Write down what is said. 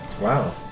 Wow